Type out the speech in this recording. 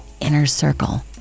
INNERCIRCLE